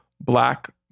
black